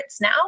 now